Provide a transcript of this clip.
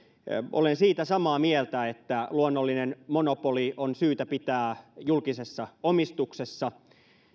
olen samaa mieltä siitä että luonnollinen monopoli on syytä pitää julkisessa omistuksessa